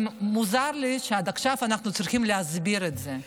שמוזר לי שעד עכשיו אנחנו צריכים להסביר את זה.